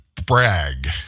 brag